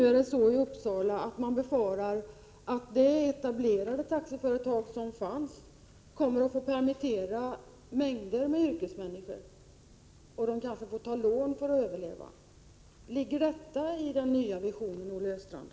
I Uppsala befarar man just nu att det etablerade taxiföretaget kommer att få permittera mängder med yrkesmänniskor och kanske ta lån för att överleva. Ligger detta i den nya visionen, Olle Östrand?